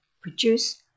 produce